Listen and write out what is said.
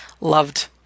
loved